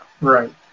Right